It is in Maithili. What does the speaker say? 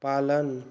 पालन